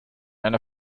einer